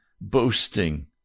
boasting